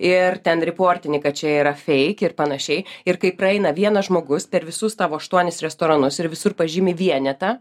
ir ten riportini kad čia yra feik ir panašiai ir kai praeina vienas žmogus per visus tavo aštuonis restoranus ir visur pažymi vienetą